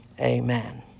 amen